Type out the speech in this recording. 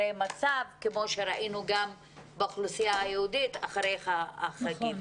מצב כפי שראינו באוכלוסייה היהודית לאחר החגים.